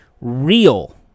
real